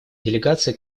делегации